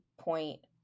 point